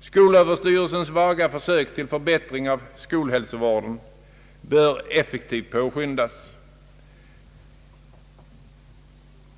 Skolöverstyrelsens vaga försök till förbättring av skolhälsovården bör effektivt påskyndas.